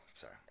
sorry